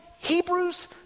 Hebrews